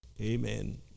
amen